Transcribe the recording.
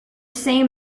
same